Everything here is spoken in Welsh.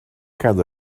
gael